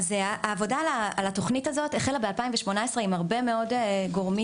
העבודה על התוכנית הזו החלה בשנת 2018 עם הרבה מאוד גורמים,